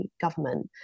government